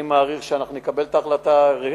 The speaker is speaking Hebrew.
אני מעריך שאנחנו נקבל את ההחלטה,